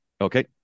Okay